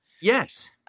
Yes